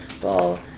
Ball